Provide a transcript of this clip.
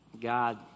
God